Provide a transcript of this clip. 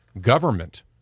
government